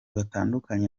batandukanye